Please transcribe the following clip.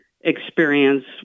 experience